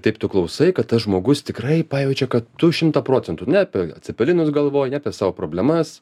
taip tu klausai kad tas žmogus tikrai pajaučia kad tu šimtą procentų ne apie cepelinus galvoj ne apie savo problemas